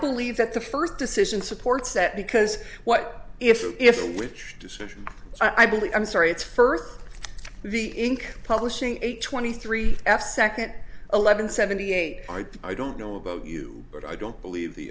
believe that the first decision supports that because what if if and which decision i believe i'm sorry it's firth the ink publishing a twenty three f second eleven seventy eight i don't know about you but i don't believe the